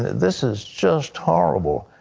this is just horrible.